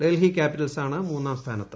ഡൽഹി ക്യാപിറ്റൽസാണ് മൂന്നാം സ്ഥാനത്ത്